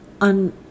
on